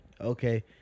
okay